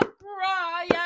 cry